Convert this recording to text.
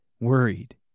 worried